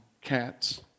cats